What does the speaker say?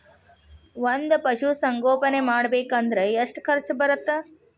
ಒಂದ್ ಪಶುಸಂಗೋಪನೆ ಮಾಡ್ಬೇಕ್ ಅಂದ್ರ ಎಷ್ಟ ಖರ್ಚ್ ಬರತ್ತ?